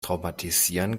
traumatisieren